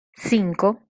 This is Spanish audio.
cinco